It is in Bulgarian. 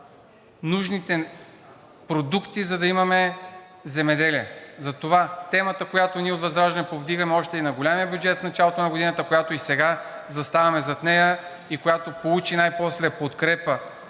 нужните продукти, за да имаме земеделие. Затова темата, която ние от ВЪЗРАЖДАНЕ повдигаме още и на големия бюджет в началото на годината, зад която и сега заставаме и която получи най-после подкрепа